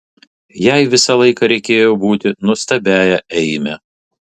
jai visą laiką reikėjo būti nuostabiąja eime